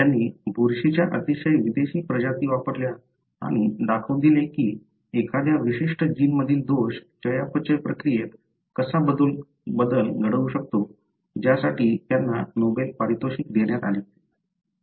त्यांनी बुरशीच्या अतिशय विदेशी प्रजाती वापरल्या आणि दाखवून दिले की एखाद्या विशिष्ट जीन मधील दोष चयापचय प्रक्रियेत कसा बदल घडवू शकतो ज्यासाठी त्यांना नोबेल पारितोषिक देण्यात आले